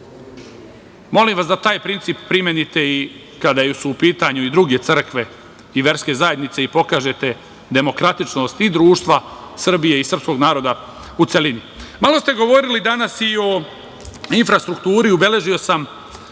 vas da taj principi primenite i kada su u pitanju i druge crkve i verske zajednice i pokažete demokratičnost i društva Srbije i srpskog naroda, u celini. Malo ste govorili danas i o infrastrukturi. Ubeležio sam